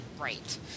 right